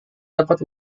dapat